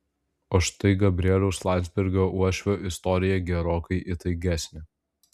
o štai gabrieliaus landsbergio uošvio istorija gerokai įtaigesnė